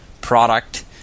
product